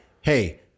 hey